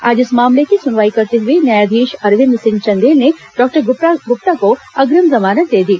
आज इस मामले की सुनवाई करते हुए न्यायाधीश अरविंद सिंह चंदेल ने डॉक्टर गुप्ता को अग्रिम जमानत दे दी